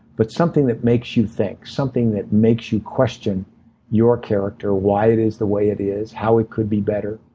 but something that makes you think, something that makes you question your character, why it is the way it is, how it could be better